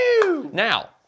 now